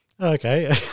Okay